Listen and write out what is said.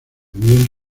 viven